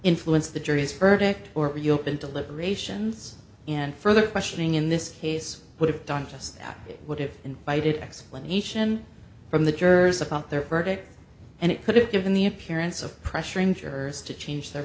influence the jury's verdict or reopen deliberations and further questioning in this case would have done just that it would have invited explanation from the jersey about their verdict and it could have given the appearance of pressuring jers to change their